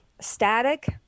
static